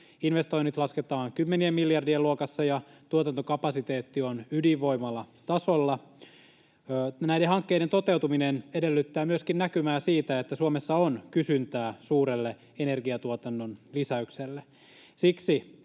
Investoinnit lasketaan kymmenien miljardien luokassa, ja tuotantokapasiteetti on ydinvoimalatasolla. Näiden hankkeiden toteutuminen edellyttää myöskin näkymää siitä, että Suomessa on kysyntää suurelle energiatuotannon lisäykselle.